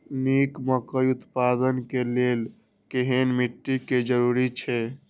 निक मकई उत्पादन के लेल केहेन मिट्टी के जरूरी छे?